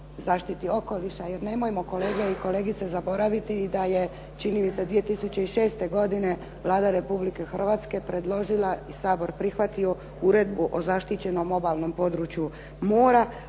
zaštiti okoliša. Jer nemojmo, kolege i kolegice, zaboraviti da je čini mi se 2006. godine Vlada Republike Hrvatske predložila i Sabor prihvatio Uredbu o zaštićenom obalnom području mora.